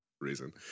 reason